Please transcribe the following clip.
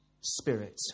spirit